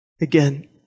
again